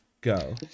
Go